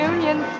Union